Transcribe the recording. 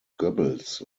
goebbels